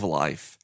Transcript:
life